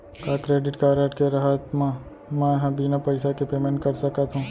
का credit card के रहत म, मैं ह बिना पइसा के पेमेंट कर सकत हो?